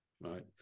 right